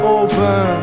open